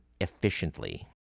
efficiently